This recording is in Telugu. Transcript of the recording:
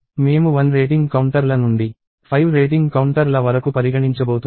మేము 1 రేటింగ్ కౌంటర్ల నుండి 5 రేటింగ్ కౌంటర్ల వరకు పరిగణించబోతున్నాము